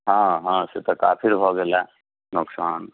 हँ हँ से तऽ काफिर भऽ गेलैया नुकसान